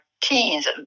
teens